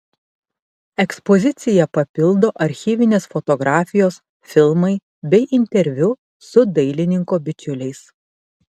ekspoziciją papildo archyvinės fotografijos filmai bei interviu su dailininko bičiuliais